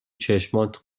چشمات